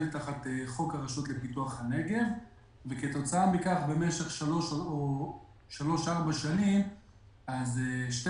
תחת חוק הרשות לפיתוח הנגב ולכן במשך שלוש-ארבע שנים שתי